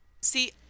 See